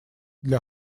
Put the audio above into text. для